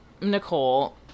Nicole